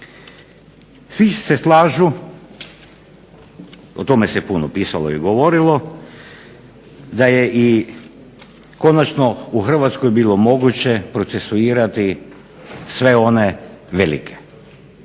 Svi se slažu, o tome se puno pisalo i govorilo da je konačno u Hrvatskoj bilo moguće procesuirati sve one velike.